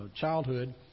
childhood